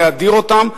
להדיר אותם,